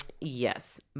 Yes